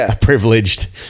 privileged